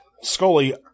Scully